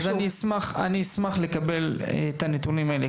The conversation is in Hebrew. אני אשמח לקבל את הנתונים האלה.